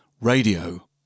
radio